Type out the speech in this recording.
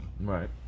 right